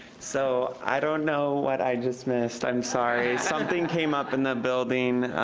so, i don't know what i just missed, i'm sorry. something came up in the building,